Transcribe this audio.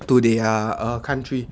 to their country